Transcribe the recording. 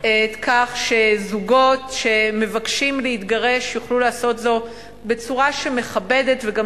כך שזוגות שמבקשים להתגרש יוכלו לעשות זאת בצורה שמכבדת וגם